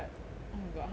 oh my god 他们 like